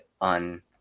on